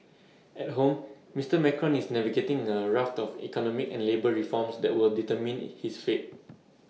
at home Mister Macron is navigating A raft of economic and labour reforms that will determine his fate